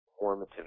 formative